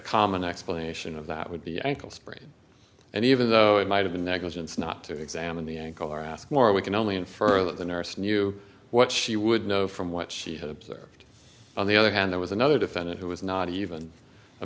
common explanation of that would be ankle sprain and even though it might have been negligence not to examine the ankle or ask more we can only infer that the nurse knew what she would know from what she had observed on the other hand there was another defendant who was not even a